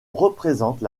représentent